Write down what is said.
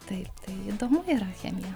taip tai įdomu yra chemija